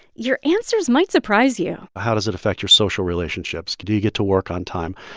your answers might surprise you how does it affect your social relationships? do do you get to work on time?